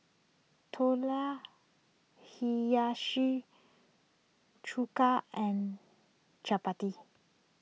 Tortillas Hiyashi Chuka and Chapati